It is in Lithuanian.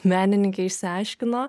menininkė išsiaiškino